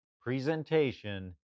presentation